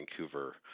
Vancouver